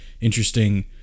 interesting